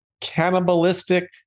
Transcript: cannibalistic